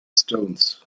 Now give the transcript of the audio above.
stones